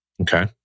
Okay